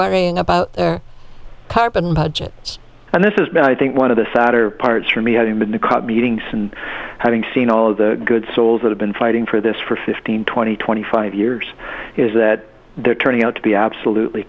worrying about their carbon budget and this is now i think one of the sadder parts for me having been the cut meetings and having seen all of the good souls that have been fighting for this for fifteen twenty twenty five years is that they're turning out to be absolutely